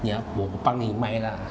你要我帮你卖啦